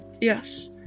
Yes